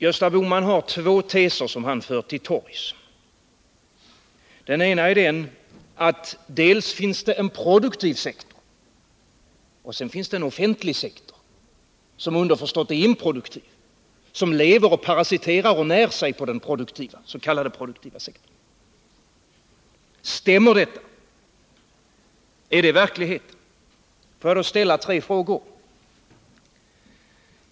Gösta Bohman har två teser som han för till torgs. Den ena är att det finns en produktiv sektor. Den andra är att det sedan finns en offentlig sektor, som underförstått är improduktiv och som lever, parasiterar och när sig på den s.k. produktiva sektorn. Stämmer detta? Är det verklighet?